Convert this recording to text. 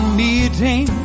meeting